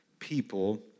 people